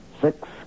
Six